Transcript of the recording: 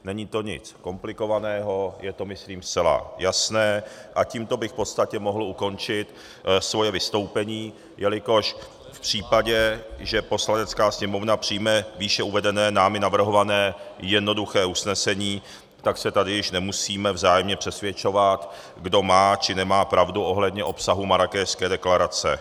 Není to nic komplikovaného, je to myslím zcela jasné a tímto bych v podstatě mohl ukončit svoje vystoupení, jelikož v případě, že Poslanecká sněmovna přijme výše uvedené, námi navrhované jednoduché usnesení, tak se tady již nemusíme vzájemně přesvědčovat, kdo má či nemá pravdu ohledně obsahu Marrákešské deklarace.